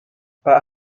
pak